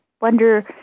wonder